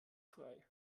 frei